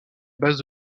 base